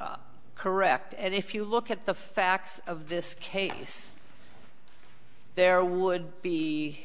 enough correct and if you look at the facts of this case there would be